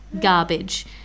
garbage